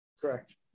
correct